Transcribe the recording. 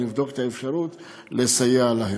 ונבדוק את האפשרות לסייע להם.